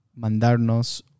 mandarnos